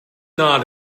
not